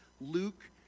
Luke